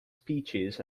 speeches